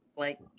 like,